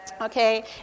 Okay